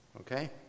Okay